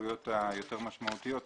סמכויות יותר משמעותיות,